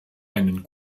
einen